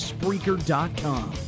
Spreaker.com